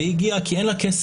היא הגיעה, כי אין לה כסף.